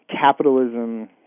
capitalism